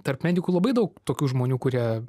tarp medikų labai daug tokių žmonių kurie